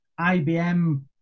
IBM